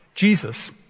Jesus